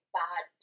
bad